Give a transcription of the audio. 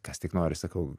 kas tik nori sakau